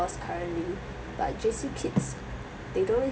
currently but J_C kids they don't